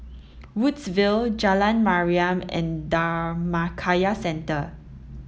Woodsville Jalan Mariam and Dhammakaya Centre